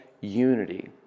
unity